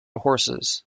horses